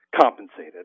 compensated